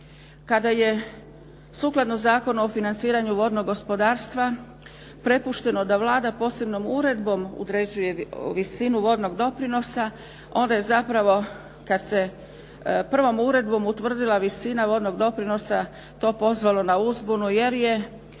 Kada je sukladno Zakonu o financiranju vodnog gospodarstva prepušteno da Vlada posebnom uredbom određuje visinu vodnog doprinosa onda je zapravo kad se prvom uredbom utvrdila visina vodnog doprinosa to pozvalo na uzbunu jer je